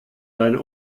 dein